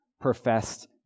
professed